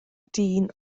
dyn